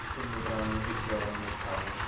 تِمنٕے ترٛامُو دِیگچہٕ واریٚن منٛز تھاوان